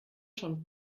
schon